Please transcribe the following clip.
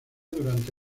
durante